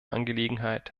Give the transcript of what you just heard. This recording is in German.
angelegenheit